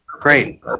Great